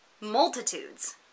multitudes